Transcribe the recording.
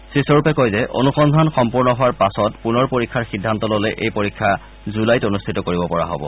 শ্ৰীস্বৰূপে কয় যে অনুসন্ধান সম্পূৰ্ণ হোৱাৰ পাছত পুনৰ পৰীক্ষাৰ সিদ্ধান্ত ললে এই পৰীক্ষা জুলাইত অনুষ্ঠিত কৰিব পৰা হব